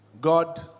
God